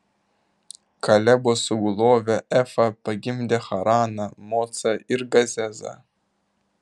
kalebo sugulovė efa pagimdė haraną mocą ir gazezą